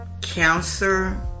cancer